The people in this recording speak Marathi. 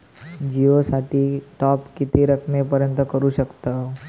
जिओ साठी टॉप किती रकमेपर्यंत करू शकतव?